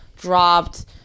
dropped